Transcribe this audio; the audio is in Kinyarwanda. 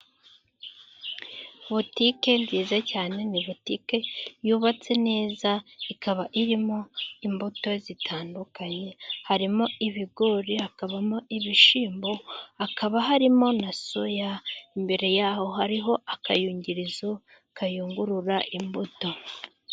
Butike nziza cyane ni butike yubatse neza, ikaba irimo imbuto zitandukanye, harimo ibigori, hakabamo ibishyimbo, hakaba harimo na soya, imbere yaho hariho akayunguruzo kayungurura imbuto.